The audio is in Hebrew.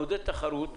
לעודד תחרות,